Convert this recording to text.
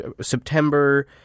September